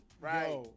right